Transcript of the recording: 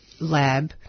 lab